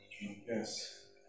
Yes